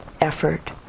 effort